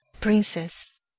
Princess